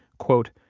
quote,